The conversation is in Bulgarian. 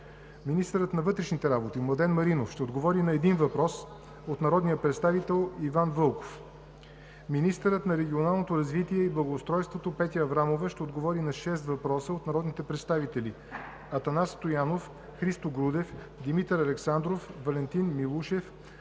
Министърът на вътрешните работи Младен Маринов ще отговори на един въпрос от народния представител Иван Вълков. 3. Министърът на регионалното развитие и благоустройството Петя Аврамова ще отговори на шест въпроса от народните представители Атанас Стоянов; Христо Грудев; Димитър Александров; Валентин Милушев